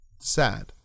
Sad